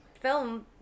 film